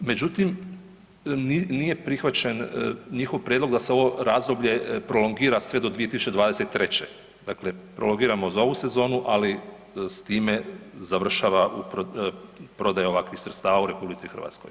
Međutim, nije prihvaćen njihov prijedlog da se ovo razdoblje prolongira sve do 2023., dakle prolongiramo za ovu sezonu, ali s time završava prodaja ovakvih sredstava u RH.